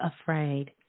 afraid